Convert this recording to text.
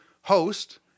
host